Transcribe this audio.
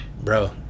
Bro